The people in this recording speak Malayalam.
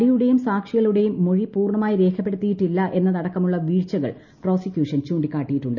നടിയുടെയും സാക്ഷികളുടെയും മൊഴി പൂർണ്ണമായി രേഖപ്പെടുത്തിയിട്ടില്ല എന്നതടക്കമുള്ള വീഴ്ചകൾ പ്രോസിക്യൂഷൻ ചൂണ്ടിക്കാട്ടിയിട്ടുണ്ട്